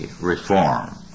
Reform